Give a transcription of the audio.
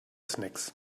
snacks